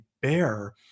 bear